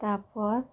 ᱛᱟᱨᱯᱚᱨ